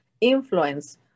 influence